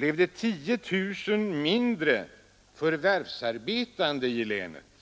fick man 10 000 färre förvärvsarbetande i länet.